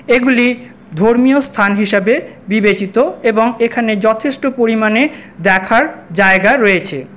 এগুলি ধর্মীয় স্থান হিসাবে বিবেচিত এবং এখানে যথেষ্ট পরিমাণে দেখার জায়গা রয়েছে